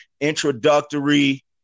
introductory